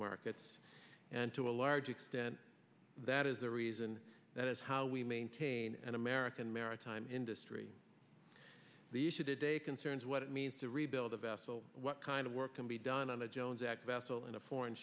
markets and to a large extent that is the reason that is how we maintain an american maritime industry the issue to day concerns what it means to rebuild a vessel what kind of work can be done on the jones act vessel in a foreign